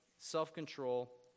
self-control